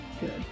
Good